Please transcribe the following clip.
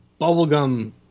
Bubblegum